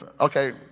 okay